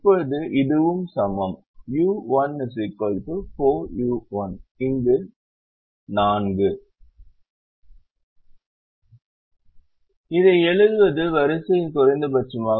இப்போது இதுவும் சமம் u1 4u1 எழுதுவது வரிசையின் குறைந்தபட்சமாக நடக்கும்